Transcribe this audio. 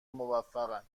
موفقن